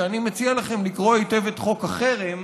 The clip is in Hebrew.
אמרתי שאני מציע לכם לקרוא היטב את חוק החרם,